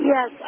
Yes